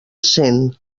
cent